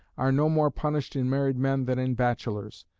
are no more punished in married men than in bachelors.